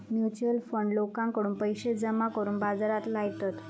mutual fund लोकांकडून पैशे जमा करून बाजारात लायतत